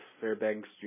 Fairbanks